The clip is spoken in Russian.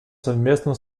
совместно